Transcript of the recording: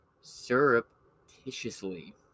Surreptitiously